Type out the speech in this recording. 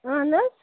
اَہَن حظ